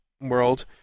world